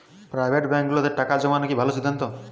Private ব্যাংকগুলোতে টাকা জমানো কি ভালো সিদ্ধান্ত?